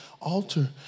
Altar